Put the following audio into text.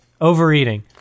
Overeating